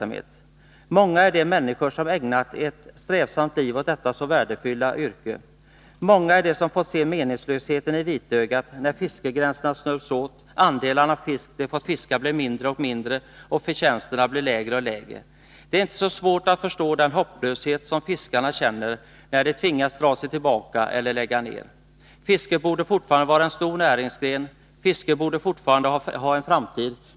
Många är de människor som ägnat ett strävsamt liv åt detta så värdefulla yrke. Många är de som fått se meningslösheten i vitögat när fiskegränserna snörpts åt, när andelarna fisk som de fått fiska blivit mindre och mindre och förtjänsterna lägre och lägre. Det är inte så svårt att förstå den hopplöshet som fiskarna känner när de tvingas dra sig tillbaka eller lägga ner. Fisket borde fortfarande vara en stor näringsgren, det borde fortfarande ha en framtid.